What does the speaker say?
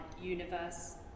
universe